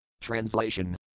Translation